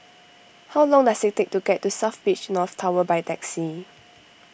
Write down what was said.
how long does it take to get to South Beach North Tower by taxi